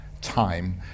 Time